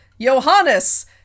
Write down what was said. Johannes